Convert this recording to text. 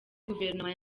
guverinoma